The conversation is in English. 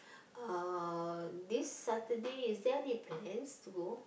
uh this Saturday is there any plans to go